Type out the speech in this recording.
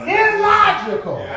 illogical